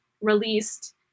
released